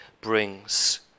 brings